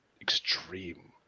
extreme